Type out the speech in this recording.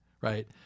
right